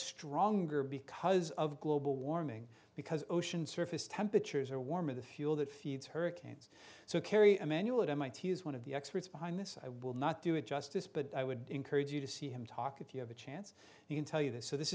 stronger because of global warming because ocean surface temperatures are warmer the fuel that feeds hurricanes so kerry emanuel of mit is one of the experts behind this i will not do it justice but i would encourage you to see him talk if you have a chance you can tell you this so this